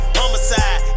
homicide